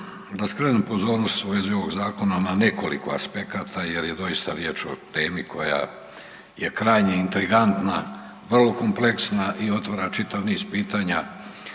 da skrenem pozornost u vezi ovog zakona na nekoliko aspekata jel je doista riječ o temi koja je krajnje intrigantna, vrlo kompleksna i otvara čitav niz pitanja